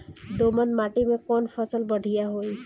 दोमट माटी में कौन फसल बढ़ीया होई?